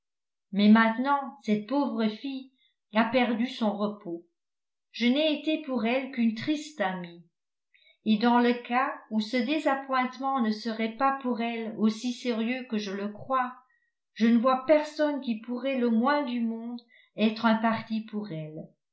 mais maintenant cette pauvre fille a perdu son repos je n'ai été pour elle qu'une triste amie et dans le cas où ce désappointement ne serait pas pour elle aussi sérieux que je le crois je ne vois personne qui pourrait le moins du monde être un parti pour elle